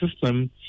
system